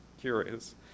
curious